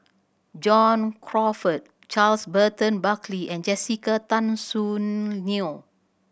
John Crawfurd Charles Burton Buckley and Jessica Tan Soon Neo